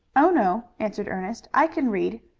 oh, no, answered ernest. i can read.